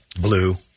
blue